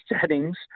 settings